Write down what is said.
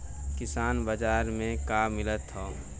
किसान बाजार मे का मिलत हव?